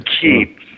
keep